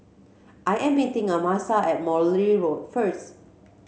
I am meeting Amasa at Morley Road first